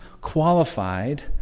qualified